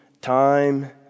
time